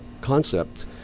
concept